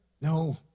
no